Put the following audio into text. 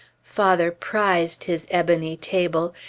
father prized his ebony table.